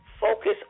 Focus